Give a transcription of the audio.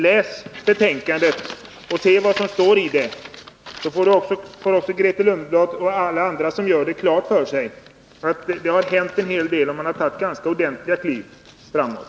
Läs betänkandet och se vad som står i det, så får också Grethe Lundblad och alla andra som läser det klart för sig att det har hänt en hel del och att vi har tagit ganska ordentliga kliv framåt.